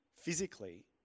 physically